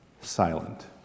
silent